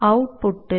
ഔട്ട്പുട്ടിൽ